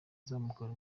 azamukana